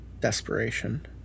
desperation